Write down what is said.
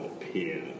appear